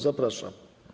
Zapraszam.